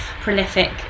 prolific